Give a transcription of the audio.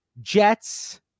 Jets